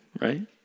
right